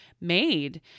made